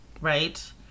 right